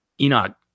enoch